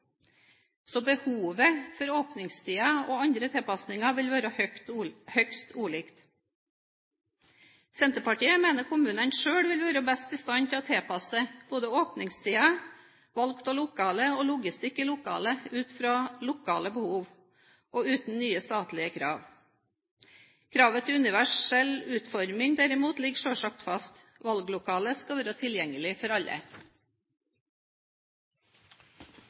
Så behovet for tilpasninger av åpningstider og andre tilpasninger vil være høyst ulikt. Senterpartiet mener kommunene selv vil være best i stand til å tilpasse både åpningstider, valg av lokale og logistikk i lokalet ut fra lokale behov og uten nye statlige krav. Kravet til universell utforming derimot ligger selvsagt fast. Valglokalet skal være tilgjengelig for alle.